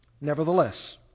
Nevertheless